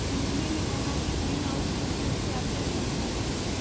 मुरली ने कहा कि ग्रीनहाउस के उपयोग से आप क्या समझते हैं?